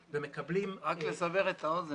רק לסבר את האוזן.